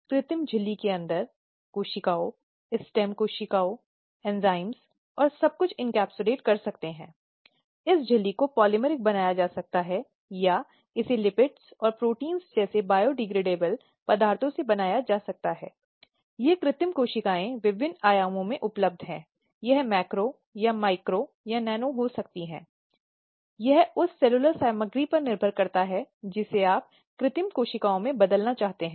क्योंकि वे रोजगार पूरा करने के बाद रात की पाली में वापस लौट रही हैं या वे अकेले एक टैक्सी में लौट रही हैं जो शायद नियोक्ता द्वारा प्रदान नहीं किया गया है और उन पर हमला किया गया है और यह या तो शारीरिक हमला करने का मामला है कभी कभी यौन हमले और हिंसा के कई अन्य रूपों का मामला होता है जो उनके अधीन हो जाते हैं